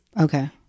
Okay